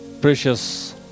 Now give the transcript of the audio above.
Precious